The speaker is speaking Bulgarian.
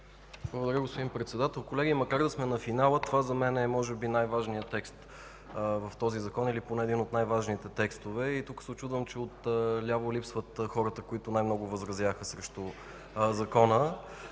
Благодаря, господин Председател. Колеги, макар да сме на финала, това за мен е може би най-важният текст в този Закон или поне един от най-важните текстове. Учудвам се, че отляво липсват хората, които най-много възразяваха срещу Закона.